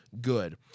good